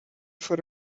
for